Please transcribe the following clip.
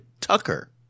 tucker